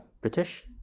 British